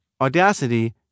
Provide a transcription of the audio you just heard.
Audacity